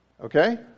Okay